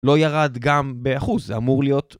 ‫לא ירד גם באחוז, זה אמור להיות.